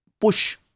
push